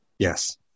Yes